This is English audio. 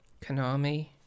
Konami